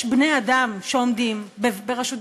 יש בני-אדם שעומדים בראשות,